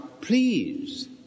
please